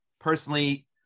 personally